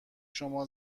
شما